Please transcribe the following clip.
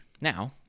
Now